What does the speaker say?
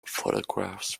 photographs